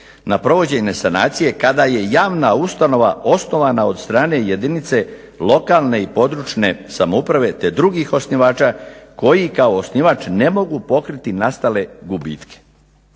na provođenje sanacije kada je javna ustanova osnovana od strane jedinice lokalne i područne samouprave te drugih osnivača, koji kao osnivač ne mogu pokriti nastale gubitke.“